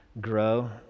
grow